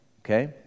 okay